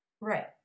Right